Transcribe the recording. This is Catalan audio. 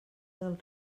del